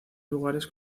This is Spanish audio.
lugares